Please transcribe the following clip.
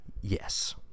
Yes